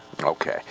Okay